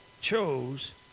chose